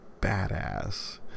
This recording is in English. badass